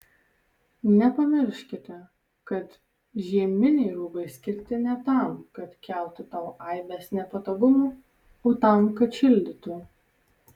nepamirškite kad žieminiai rūbai skirti ne tam kad keltų tau aibes nepatogumų o tam kad šildytų